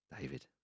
David